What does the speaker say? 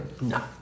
No